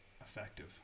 effective